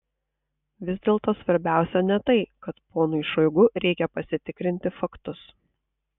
vis dėlto svarbiausia ne tai kad ponui šoigu reikia pasitikrinti faktus